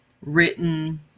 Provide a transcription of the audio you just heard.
written